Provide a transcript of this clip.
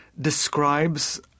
describes